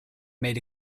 made